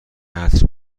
عطر